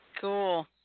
Cool